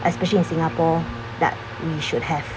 especially in singapore that we should have